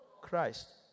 Christ